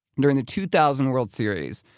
during the two thousand world series,